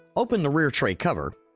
open the rear tray cover,